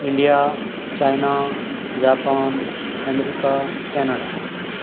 India China Japan America Canada